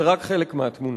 זה רק חלק מהתמונה.